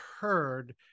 heard